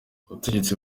ubutegetsi